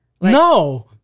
no